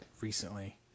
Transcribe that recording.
recently